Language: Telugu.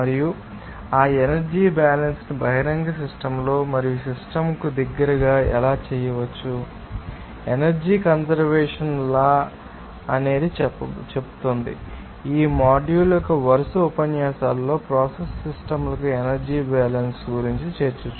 మరియు ఆ ఎనర్జీ బ్యాలన్స్ ను బహిరంగ సిస్టమ్ లో మరియు సిస్టమ్ కు దగ్గరగా ఎలా చేయవచ్చు మరియు దీని ఆధారంగా ఎనర్జీ కంజర్వేషన్ లా చేయబడుతుందని మీకు తెలుసు ఈ మాడ్యూల్ యొక్క వరుస ఉపన్యాసాలలో ప్రోసెస్ సిస్టమ్ లకు ఎనర్జీ బ్యాలన్స్ మీకు తెలుసు